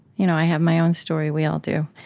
you know have my own story. we all do.